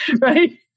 right